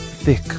Thick